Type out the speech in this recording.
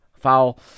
foul